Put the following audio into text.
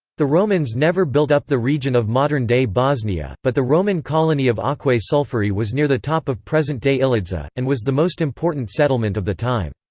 the romans never built up the region of modern-day bosnia, but the roman colony of aquae sulphurae was near the top of present-day ilidza, and was the most important settlement of the time.